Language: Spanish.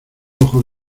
ojos